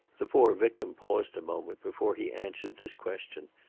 the poor victim paused a moment before he answered this question,